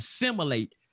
assimilate